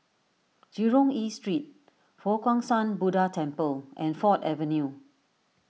Jurong East Street Fo Guang Shan Buddha Temple and Ford Avenue